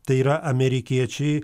tai yra amerikiečiai